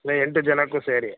ಲೆ ಎಂಟು ಜನಕ್ಕೂ ಸೇರಿ